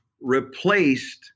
replaced